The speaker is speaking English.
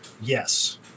Yes